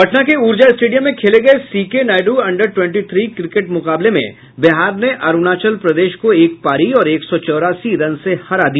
पटना के उर्जा स्टेडियम में खेले गये C K Naidu under twenty three cricket मुकाबले में बिहार ने अरूणाचल प्रदेश को एक पारी और एक सौ चौरासी रन से हरा दिया